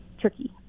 tricky